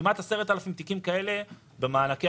כמעט 10,000 תיקים כאלה בדקנו עד היום במענקי